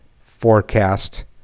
forecast